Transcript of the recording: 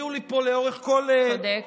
הפריעו לי פה לאורך כל הדברים.